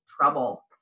trouble